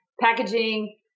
packaging